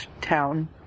town